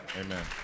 amen